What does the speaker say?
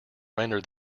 render